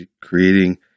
creating